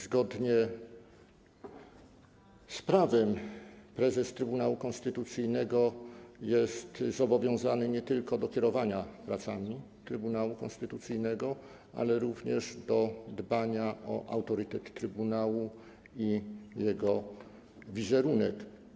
Zgodnie z prawem prezes Trybunału Konstytucyjnego jest zobowiązany nie tylko do kierowania pracami Trybunału Konstytucyjnego, ale również do dbania o autorytet trybunału i jego wizerunek.